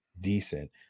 decent